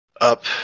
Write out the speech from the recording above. up